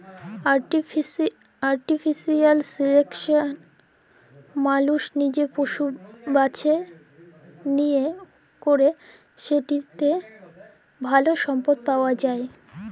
artificial selection মালুস লিজে পশু বাছে লিয়ে ক্যরে যেটতে ভাল সম্পদ পাউয়া যায়